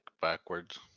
backwards